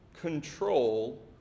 control